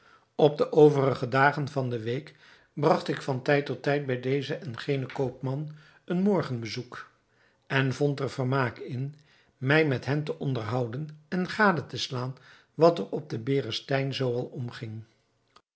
op de overige dagen van de week bragt ik van tijd tot tijd bij dezen en genen koopman een morgenbezoek en vond er vermaak in mij met hen te onderhouden en gade te slaan wat er op den berestein zoo al omging